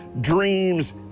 dreams